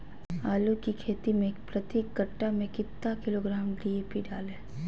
आलू की खेती मे प्रति कट्ठा में कितना किलोग्राम डी.ए.पी डाले?